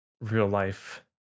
real-life